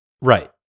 Right